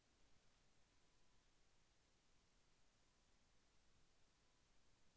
Loan పొందిన తరువాత ప్రతి నెల అమౌంట్ కట్టాలా? సంవత్సరానికి కట్టుకోవచ్చా?